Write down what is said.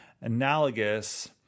analogous